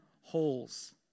holes